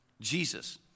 Jesus